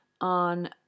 on